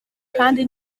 kandi